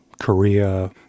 Korea